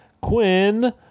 Quinn